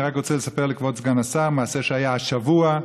אני רק רוצה לספר לכבוד סגן השר מעשה שהיה השבוע.